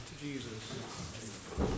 Jesus